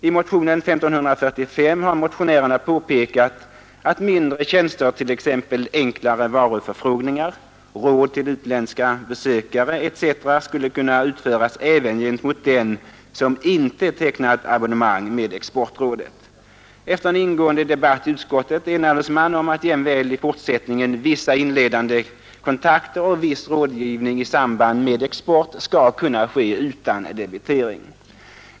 I motionen 1545 har motionärerna påpekat att mindre tjänster, t.ex. enklare varuförfrågningar, råd till utländska besökare etc., skall kunna utföras även gentemot den som inte tecknat abonnemang med exportrådet. Efter en ingående debatt i utskottet enades man om att jämväl i fortsättningen vissa inledande kontakter och viss rådgivning i samband med export skall kunna ske utan debitering.